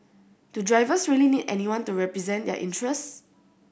do drivers really need anyone to represent their interests